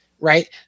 right